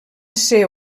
ser